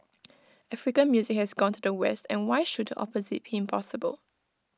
African music has gone to the west and why should the opposite be impossible